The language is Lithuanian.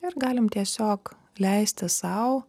ir galim tiesiog leisti sau